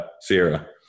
Sierra